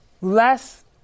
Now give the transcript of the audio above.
less